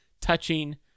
Touching